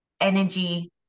energy